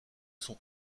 sont